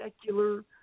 secular